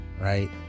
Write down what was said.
right